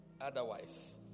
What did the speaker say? otherwise